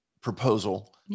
proposal